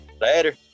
Later